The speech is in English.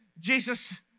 Jesus